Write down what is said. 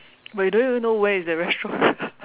but you don't even know where is the restaurant